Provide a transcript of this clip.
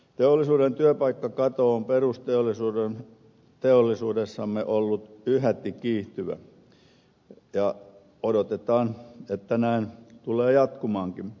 teollisuuden työpaikkakato on perusteollisuudessamme ollut yhäti kiihtyvä ja oletetaan että näin tulee jatkumaankin